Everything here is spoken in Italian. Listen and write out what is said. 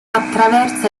attraversa